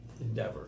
endeavor